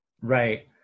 Right